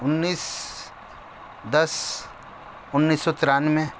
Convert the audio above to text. انیس دس انیس سو ترانوے